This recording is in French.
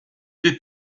des